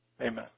Amen